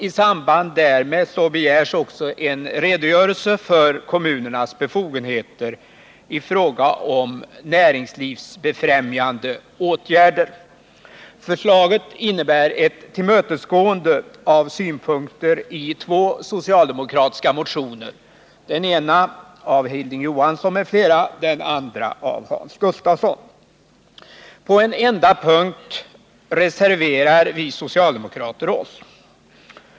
I samband därmed begärs också en redogörelse för kommunernas befogenheter i fråga om näringslivsfrämjande åtgärder. Förslaget innebär ett tillmötesgående av synpunkter i två socialdemokratiska motioner, den ena av Hilding Johansson m.fl., den andra av Hans Gustafsson. På en enda punkt reserverar vi socialdemokrater oss.